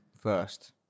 first